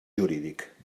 jurídic